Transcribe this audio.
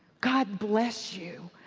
god bless you.